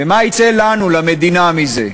ומה יצא לנו, למדינה, מזה?